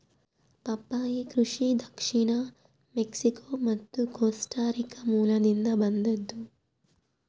ಪಪ್ಪಾಯಿ ಕೃಷಿ ದಕ್ಷಿಣ ಮೆಕ್ಸಿಕೋ ಮತ್ತು ಕೋಸ್ಟಾರಿಕಾ ಮೂಲದಿಂದ ಬಂದದ್ದು